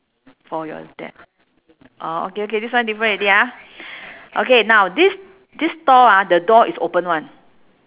for your dad orh okay okay this one different already ah okay now this this store ah the door is open [one]